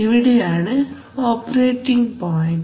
ഇവിടെയാണ് operating point